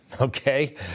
okay